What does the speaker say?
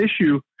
issue